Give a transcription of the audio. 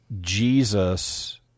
Jesus